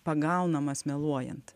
pagaunamas meluojant